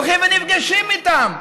הולכים ונפגשים איתם,